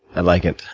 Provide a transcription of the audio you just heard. i like it.